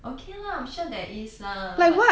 okay lah I'm sure there is lah